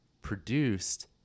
produced